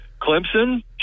Clemson